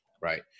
right